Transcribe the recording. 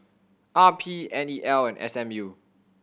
R P N E L and S M U